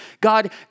God